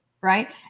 Right